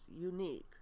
unique